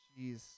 jeez